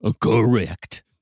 Correct